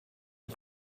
and